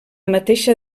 mateixa